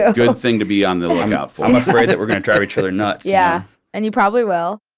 ah good thing to be on the lookout. i'm afraid that we're gonna drive each other nuts yeah, and you probably will.